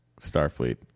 starfleet